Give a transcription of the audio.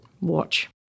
watch